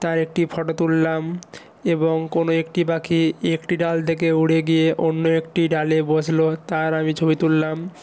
তার একটি ফটো তুললাম এবং কোনো একটি পাখি একটি ডাল থেকে উড়ে গিয়ে অন্য একটি ডালে বসলো তার আমি ছবি তুললাম